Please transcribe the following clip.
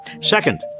Second